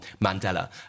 Mandela